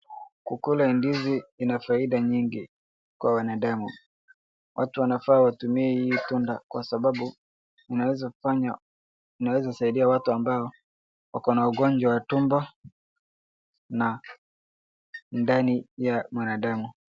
Kukula ndizi ina faida nyingi kwa wanadamu. Watu wanafaa watumie hii tunda kwa sababu inaweza saidia watu ambao wako na ugonjwa wa tumbo na ndani ya mwanadamu.